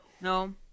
no